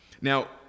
Now